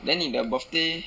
then 你的 birthday